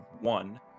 one